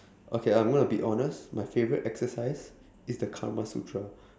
okay I'm gonna be honest my favourite exercise is the karmasutra